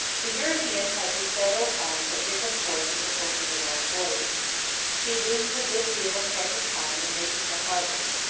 the european touches several times at different ports in the course of a long voyage he loses a good deal of precious time in making the harbor,